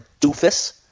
doofus